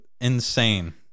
insane